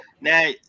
Now